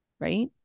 right